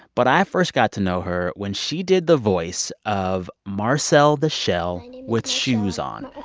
but i first got to know her when she did the voice of marcel the shell with shoes on.